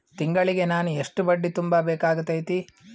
ತಿಂಗಳಿಗೆ ನಾನು ಎಷ್ಟ ಬಡ್ಡಿ ತುಂಬಾ ಬೇಕಾಗತೈತಿ?